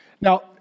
Now